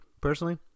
personally